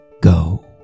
go